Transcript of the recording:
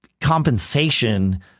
compensation